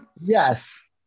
Yes